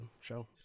show